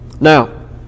Now